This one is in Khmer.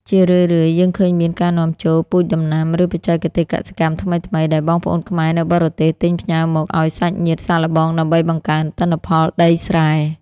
ជារឿយៗ យើងឃើញមានការនាំចូល "ពូជដំណាំ ឬបច្ចេកទេសកសិកម្មថ្មីៗ" ដែលបងប្អូនខ្មែរនៅបរទេសទិញផ្ញើមកឱ្យសាច់ញាតិសាកល្បង ដើម្បីបង្កើនទិន្នផលដីស្រែ។